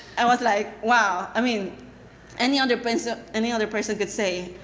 i was like, wow. i mean any other but any other person could say,